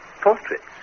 portraits